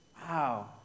Wow